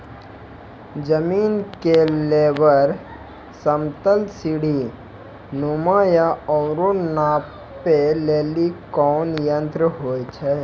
जमीन के लेवल समतल सीढी नुमा या औरो नापै लेली कोन यंत्र होय छै?